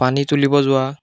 পানী তুলিব যোৱা